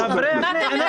אין ספק בזה.